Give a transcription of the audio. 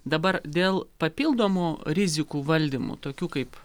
dabar dėl papildomų rizikų valdymų tokių kaip